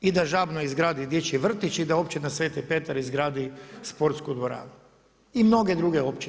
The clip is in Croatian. I da Žabno izgradi dječji vrtić i da općina Sveti Petar izgradi sportsku dvoranu i mnoge druge općine.